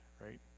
right